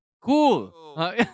Cool